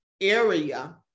area